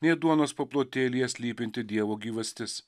nė duonos paplotėlyje slypinti dievo gyvastis